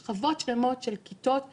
שכבות שלמות של כיתות שקופות,